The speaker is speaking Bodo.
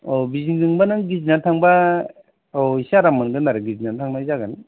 औ बिजिनी जोंबा नों गिदिंनानै थांबा एसे आराम मोनगोन आरो गिदिंनानै थांनाय जागोन